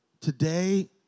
Today